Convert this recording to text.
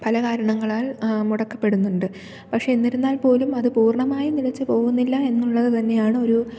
പല കാരണങ്ങളാൽ മുടക്കപ്പെടുന്നുണ്ട് പക്ഷേ എന്നിരുന്നാൽപ്പോലും അത് പൂർണ്ണമായും നിലച്ചുപോകുന്നില്ല എന്നുള്ളതു തന്നെയാണൊരു